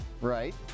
Right